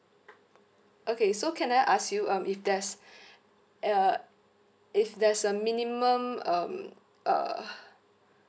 okay so can I ask you um if there's uh if there's a minimum um uh